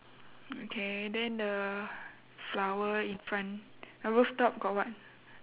okay then the flower in front the roof top got what